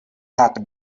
happen